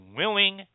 willing